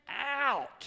out